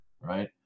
right